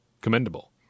commendable